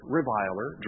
reviler